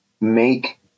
make